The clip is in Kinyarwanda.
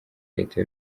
leta